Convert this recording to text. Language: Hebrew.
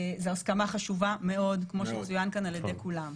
זו הסכמה חשובה מאוד כמו שצוין כאן על ידי כולם.